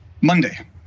Monday